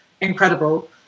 incredible